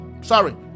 sorry